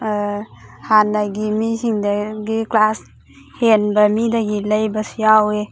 ꯍꯥꯟꯅꯒꯤ ꯃꯤꯁꯤꯡꯗꯒꯤ ꯀ꯭ꯂꯥꯁ ꯍꯦꯟꯕ ꯃꯤꯗꯒꯤ ꯂꯩꯕꯁꯨ ꯌꯥꯎꯋꯦ